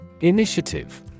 Initiative